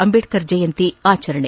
ಅಂಬೇಡ್ತರ್ ಜಯಂತಿ ಆಚರಣೆ